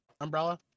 Umbrella